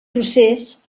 procés